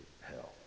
hell